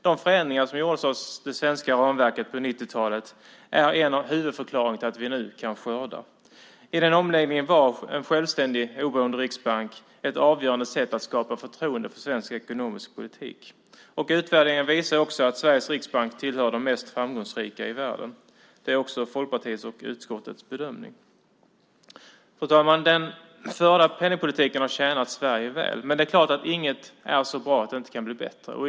De förändringar som gjordes av det svenska ramverket på 90-talet är en av huvudförklaringarna till att vi nu kan skörda. I den omläggningen var en självständig, oberoende riksbank ett avgörande sätt att skapa förtroende för svensk ekonomisk politik. Utvärderingen visar också att Sveriges riksbank tillhör de mest framgångsrika i världen. Det är också Folkpartiets och utskottets bedömning. Fru talman! Den förda penningpolitiken har tjänat Sverige väl. Men det är klart att inget är så bra att det inte kan bli bättre.